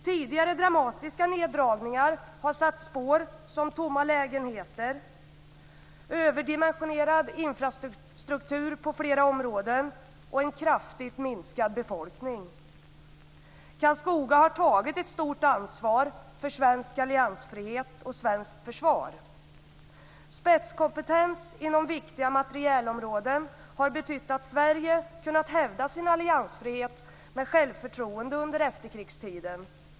Tidigare dramatiska neddragningar har satt spår som tomma lägenheter, överdimensionerad infrastruktur på flera områden och en kraftigt minskad befolkning. Karlskoga har tagit ett stort ansvar för svensk alliansfrihet och svenskt försvar. Spetskompetens inom viktiga materielområden har betytt att Sverige kunnat hävda sin alliansfrihet med självförtroende under efterkrigstiden.